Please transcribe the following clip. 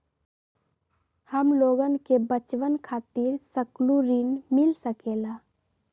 हमलोगन के बचवन खातीर सकलू ऋण मिल सकेला?